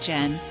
Jen